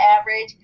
average